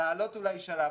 לעלות אולי שלב,